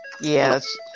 yes